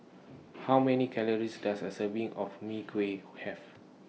How Many Calories Does A Serving of Mui Kee Have